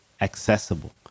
accessible